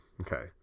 Okay